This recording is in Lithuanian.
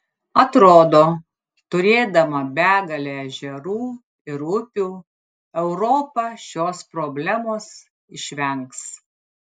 atrodo turėdama begalę ežerų ir upių europa šios problemos išvengs